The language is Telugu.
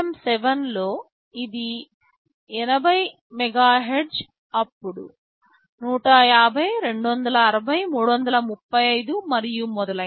ARM7 లో ఇది 80 MHz అప్పుడు 150 260 335 మరియు మొదలైనవి